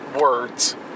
words